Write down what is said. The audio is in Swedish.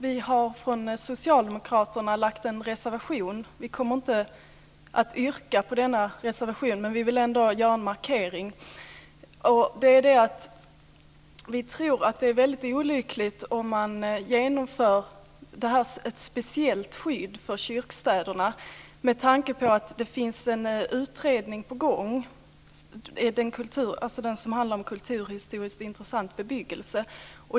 Vi har från Socialdemokraterna lagt en reservation, men jag kommer inte att yrka bifall till den. Vi vill göra en markering. Vi tror att det är väldigt olyckligt om man inför ett speciellt skydd för kyrkstäderna, med tanke på att det är en utredning på gång som handlar om kulturhistoriskt intressant bebyggelse.